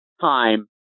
time